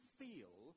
feel